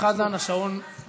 חבר הכנסת חזן, השעון רץ.